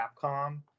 Capcom